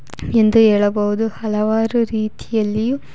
ಎಂದು ಹೇಳಬಹುದು ಹಲವಾರು ರೀತಿಯಲ್ಲಿಯೂ